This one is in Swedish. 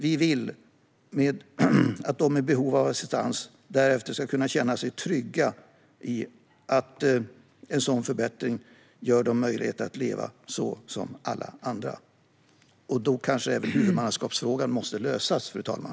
Vi vill att de med behov av assistans därefter ska kunna känna sig trygga med att en sådan förbättring ger dem möjlighet att leva som alla andra. Då måste kanske även huvudmannaskapsfrågan lösas, fru talman.